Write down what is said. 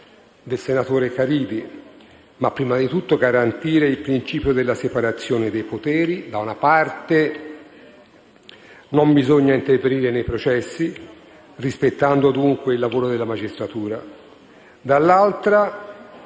del senatore Caridi, ma prima di tutto garantire il principio della separazione dei poteri. Da una parte non bisogna intervenire nei processi, rispettando dunque il lavoro della magistratura, e dall'altra